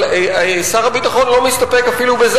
אבל שר הביטחון לא מסתפק אפילו בזה.